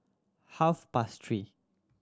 half past three